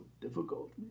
difficult